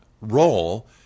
role